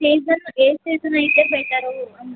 station ఏ station అయితే better